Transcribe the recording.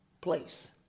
place